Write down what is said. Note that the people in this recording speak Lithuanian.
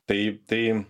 tai tai